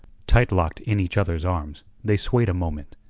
tight-locked in each other's arms, they swayed a moment,